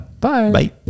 Bye